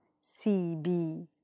C-B